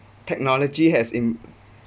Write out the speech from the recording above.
technology has in